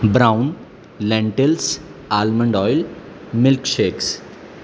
brown lentils almond oil milk shakes